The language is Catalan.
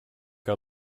que